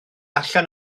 allan